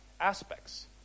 aspects